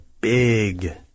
big